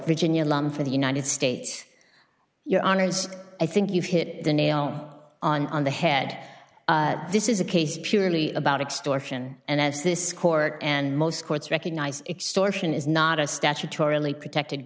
virginia for the united states your honors i think you've hit the nail on the head this is a case purely about extortion and as this court and most courts recognize extortion is not a statutorily protected